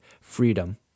Freedom